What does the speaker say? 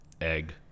egg